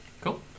Cool